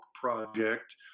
project